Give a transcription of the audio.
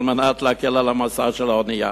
כדי להקל את המשא על האונייה.